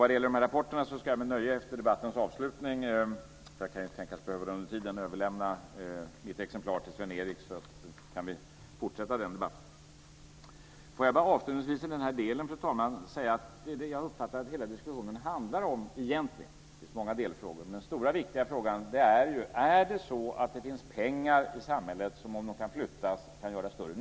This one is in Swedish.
Vad gäller rapporterna ska jag med nöje efter debattens avslutning överlämna ett exemplar till Sven Erik, så att vi kan fortsätta debatten om detta. Får jag avslutningsvis i den här delen bara säga att det som jag uppfattar att den stora och viktiga fråga som hela diskussionen egentligen handlar om - även om det också finns många delfrågor - är om det i samhället finns pengar som kan göra större nytta om de flyttas.